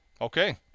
Okay